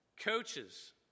coaches